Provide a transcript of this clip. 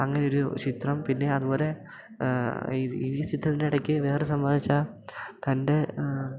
അങ്ങനൊരു ചിത്രം പിന്നെ അതുപോലെ ഈ ചിത്രത്തിൻ്റെ ഇടയ്ക്ക് വേറൊരു സംഭവം വെച്ചാൽ തൻ്റെ